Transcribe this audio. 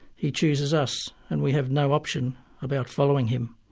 he chooses us and we have no option about following him.